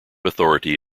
authority